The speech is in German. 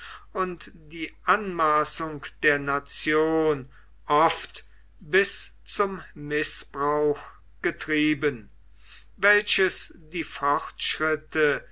und die anmaßungen der nation oft bis zum mißbrauch getrieben welches die fortschritte